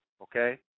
Okay